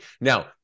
Now